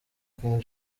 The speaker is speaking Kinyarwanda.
king